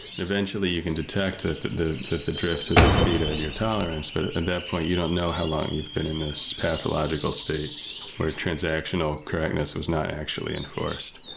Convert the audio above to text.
and eventually, you can detect that the that the drift has exceeded your tolerance. at but and that point, you don't know how long you've been in this pathological state where transactional correctness was not actually enforced.